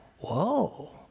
Whoa